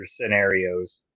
scenarios